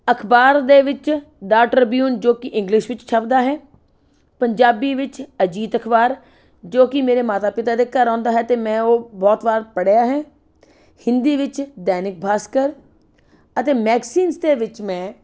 ਅਖਬਾਰ ਦੇ ਵਿੱਚ ਦਾ ਟਰਬਿਊਨ ਜੋ ਕਿ ਇੰਗਲਿਸ਼ ਵਿੱਚ ਛਪਦਾ ਹੈ ਪੰਜਾਬੀ ਵਿੱਚ ਅਜੀਤ ਅਖਬਾਰ ਜੋ ਕਿ ਮੇਰੇ ਮਾਤਾ ਪਿਤਾ ਦੇ ਘਰ ਆਉਂਦਾ ਹੈ ਅਤੇ ਮੈਂ ਉਹ ਬਹੁਤ ਵਾਰ ਪੜ੍ਹਿਆ ਹੈ ਹਿੰਦੀ ਵਿੱਚ ਦੈਨਿਕ ਬਾਸਕਰ ਅਤੇ ਮੈਗਸੀਨਸ ਦੇ ਵਿੱਚ ਮੈਂ